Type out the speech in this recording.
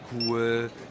cool